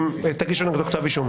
תגישו נגדו כתב אישום